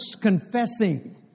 confessing